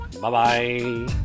Bye-bye